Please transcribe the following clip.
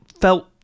felt